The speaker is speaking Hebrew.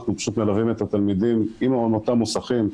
אנחנו פשוט מלווים את התלמידים עם אותם המוסכים,